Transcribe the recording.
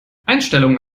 einstellungen